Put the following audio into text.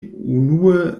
unue